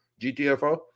gtfo